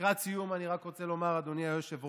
לקראת סיום אני רק רוצה לומר, אדוני היושב-ראש,